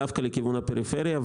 דווקא לכיוון הפריפריה.